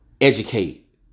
educate